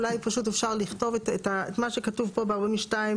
אולי פשוט אפשר לכתוב את מה שכתוב פה ב-42ב(1)(2).